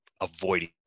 avoiding